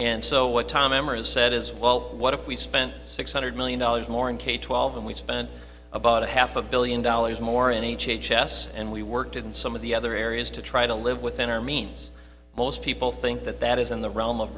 and so what tom emira said is well what if we spent six hundred million dollars more in k twelve and we spent about a half a billion dollars more in h h s and we worked in some of the other areas to try to live within our means most people think that that is in the realm of